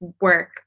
work